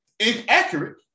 Inaccurate